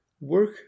work